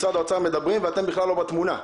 משרד האוצר מדברים, ואתם בכלל לא בתמונה.